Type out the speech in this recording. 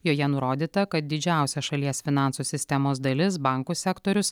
joje nurodyta kad didžiausia šalies finansų sistemos dalis bankų sektorius